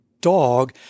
dog